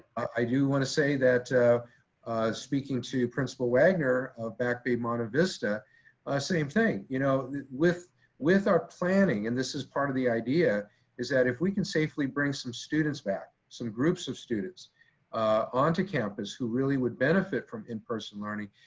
i do wanna say that speaking to principal wagner of back bay monte vista same thing. you know with with our planning, and this is part of the idea is that if we can safely bring some students back, some groups of students onto campus who really would benefit from in-person learning,